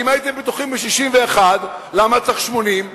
אם הייתם בטוחים ב-61, למה צריך 80?